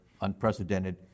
unprecedented